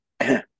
okay